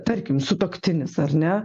tarkim sutuoktinis ar ne